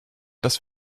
dass